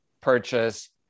purchase